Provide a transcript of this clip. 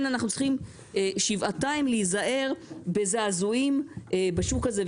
אנחנו צריכים שבעתיים להיזהר בזעזועים בשוק הזה,